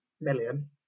million